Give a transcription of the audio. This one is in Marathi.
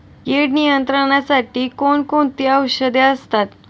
कीड नियंत्रणासाठी कोण कोणती औषधे असतात?